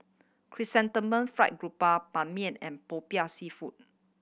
chrysanthemum fried Ban Mian and Popiah Seafood